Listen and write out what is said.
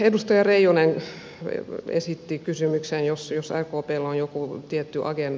edustaja reijonen esitti kysymyksen onko rkpllä joku tietty agenda